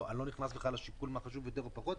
נכנס כרגע לשיקול מה חשוב יותר ומה פחות.